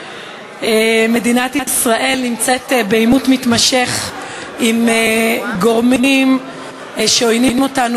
מדינת ישראל נמצאת בעימות מתמשך עם גורמים שעוינים אותנו